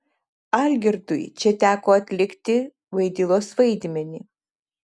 algirdui čia teko atlikti vaidilos vaidmenį